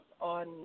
on